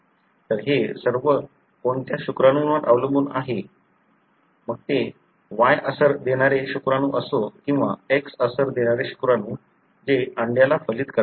तर हे सर्व कोणत्या शुक्राणूंवर अवलंबून आहे मग ते Y असर देणारे शुक्राणू असो किंवा X असर देणारे शुक्राणू जे अंड्याला फलित करतात